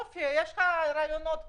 יופי, יש לך רעיונות פה,